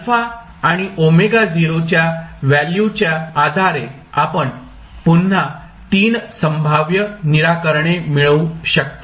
α आणि च्या व्हॅल्यूच्या आधारे आपण पुन्हा तीन संभाव्य निराकरणे मिळवू शकता